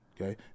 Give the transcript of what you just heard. Okay